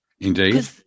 Indeed